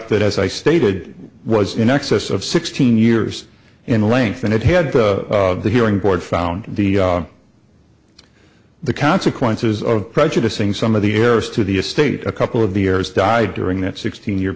that as i stated was in excess of sixteen years in length and it had the hearing board found the the consequences of prejudicing some of the heirs to the estate a couple of years died during that sixteen year